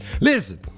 Listen